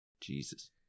Jesus